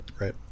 right